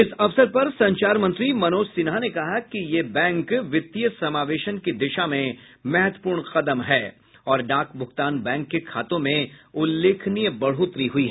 इस अवसर पर संचार मंत्री मनोज सिन्हा ने कहा कि ये बैंक वित्तीय समावेशन की दिशा में महत्वपूर्ण कदम है और डाक भूगतान बैंक के खातों में उल्लेखनीय बढ़ोतरी हुई है